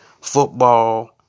football